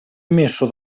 emesso